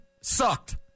sucked